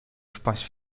wpaść